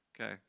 Okay